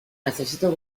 necesito